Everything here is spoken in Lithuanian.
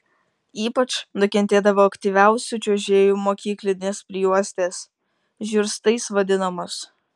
ypač nukentėdavo aktyviausių čiuožėjų mokyklinės prijuostės žiurstais vadinamos